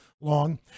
long